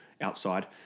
outside